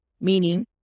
meaning